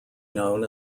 known